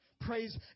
Praise